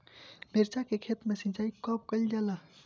मिर्चा के खेत में सिचाई कब कइल जाला?